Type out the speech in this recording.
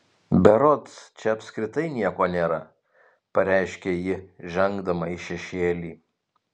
berods čia apskritai nieko nėra pareiškė ji žengdama į šešėlį